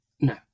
no